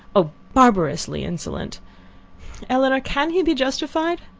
oh, barbarously insolent elinor, can he be justified?